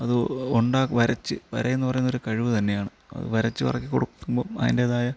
അത് ഉണ്ടാക്കാൻ വരച്ച് വരയെന്നു പറയുന്നത് ഒരു കഴിവ് തന്നെയാണ് വരച്ച് പറക്കി കൊടുക്കുമ്പോൾ അതിൻ്റേതായ